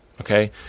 Okay